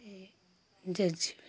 यह जज भी